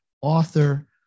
author